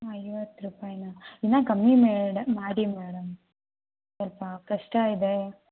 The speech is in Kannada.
ಐವತ್ತು ರೂಪಾಯಿನ ಇನ್ನೂ ಕಮ್ಮಿ ಮೇಡಂ ಮಾಡಿ ಮೇಡಂ ಸ್ವಲ್ಪ ಕಷ್ಟ ಇದೆ